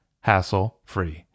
hassle-free